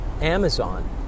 Amazon